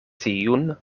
tiun